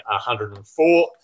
104